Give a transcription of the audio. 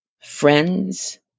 friends